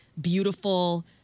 beautiful